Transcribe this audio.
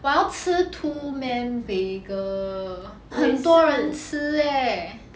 我要吃 two men bagel 很多人吃 eh